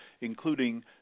including